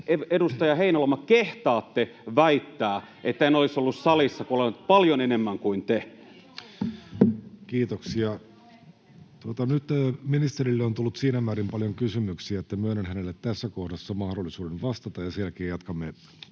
edustaja Heinäluoma, kehtaatte väittää, että en olisi ollut salissa, kun olen ollut paljon enemmän kuin te? [Piritta Rantanen: Hän ei ole paikalla!] Kiitoksia. — Nyt ministerille on tullut siinä määrin paljon kysymyksiä, että myönnän hänelle tässä kohdassa mahdollisuuden vastata, ja sen jälkeen jatkamme